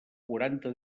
quaranta